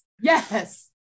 Yes